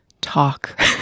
talk